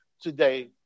today